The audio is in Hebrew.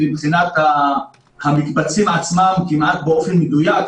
מבחינת המקבצים עצמם כמעט באופן מדויק,